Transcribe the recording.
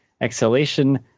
exhalation